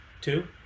Two